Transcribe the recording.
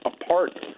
apart